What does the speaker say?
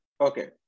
Okay